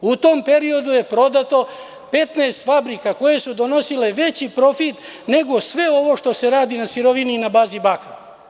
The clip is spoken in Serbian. U tom periodu je prodato 15 fabrika koje su donosile veći profit nego sve ovo što se radi na sirovini i na bazi bakra.